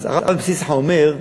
אז הרבי מפשיסחא אומר: